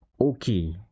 okay